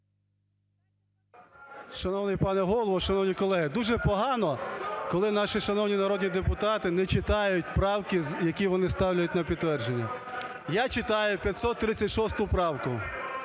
Шановний пане Голово, шановні колеги, дуже погано, коли наші шановні народні депутати не читають правки, які вони ставляють на підтвердження. Я читаю 536 правку.